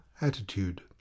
ATTITUDE